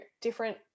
different